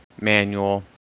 manual